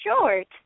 short